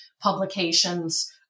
publications